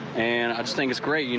and i just think it's great. you know